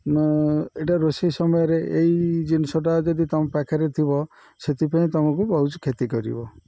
ଏଇଟା ରୋଷେଇ ସମୟରେ ଏଇ ଜିନିଷଟା ଯଦି ତୁମ ପାଖରେ ଥିବ ସେଥିପାଇଁ ତୁମକୁ ବହୁତ କ୍ଷତି କରିବ